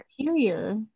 superior